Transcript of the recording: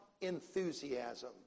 enthusiasm